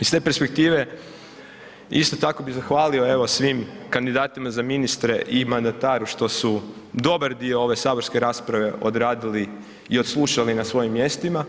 Iz te perspektive, isto tako bi zahvalio evo svim kandidatima za ministre i mandataru što su dobar dio ove saborske rasprave odradili i odslušali na svojim mjestima,